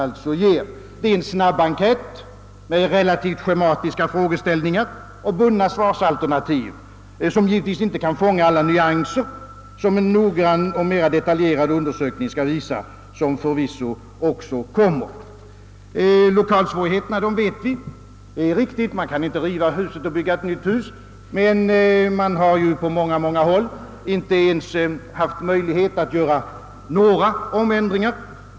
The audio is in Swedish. Det är en snabbenkät med relativt schematiska frågeställningar och bundna svarsalternativ, som givetvis inte kan fånga alla de nyanser som en noggrann och mera detaljerad undersökning skulle uppvisa — en undersökning som förvisso också kommer att göras. Lokalsvårigheterna känner vi till. Det är riktigt att man inte kan riva huset och bygga ett nytt. Men man har ju på många håll inte ens haft möjligheter att göra några ombyggnader.